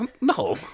No